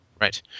Right